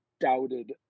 doubted